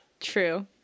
True